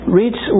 reach